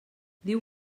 diu